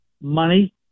money